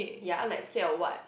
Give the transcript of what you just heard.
ya like scared of what